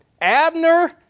Abner